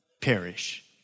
perish